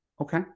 Okay